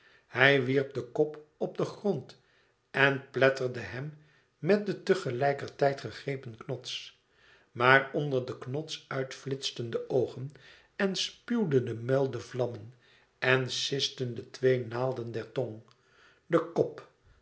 hij wierp den kop op den grond en pletterde hem met den te gelijker tijd gegrepenen knots maar nder den knots ùit flitsten de oogen en spuwde de muil de vlammen en sisten de twee naalden der tong de kop